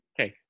Okay